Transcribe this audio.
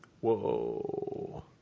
Whoa